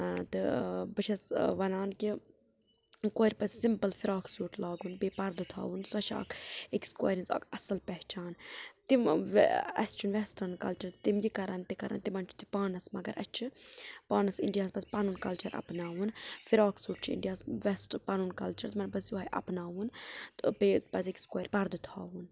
تہٕ بہٕ چھس وَنان کہِ کورِ پزِ سِمپٕل فراک سوٗٹ لاگُن بیٚیہِ پردٕ تھاوُن سۄ چھِ اَکھ ٲکِس کورِ ہٕنٛز اَکھ اَصٕل پہچان تِم اَسہِ چھُ ویسٹٲرٕنۍ کلچر تِم یہِ کرن تہِ کرن تِمِن چھُ تہِ پانس مگر اسہِ چھُ پانس انڈیا ہس پزِ پنُن کلچر اپناوُن فراک سوٗٹ چھُ انڈیا ہس منٛز بیٚسٹ پنُن کلچر یِم پز یۄہے اپناوُن تہٕ بیٚیہِ پزیٚکھ پردٕ تھاوُن